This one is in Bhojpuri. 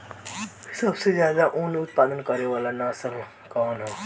सबसे ज्यादा उन उत्पादन करे वाला नस्ल कवन ह?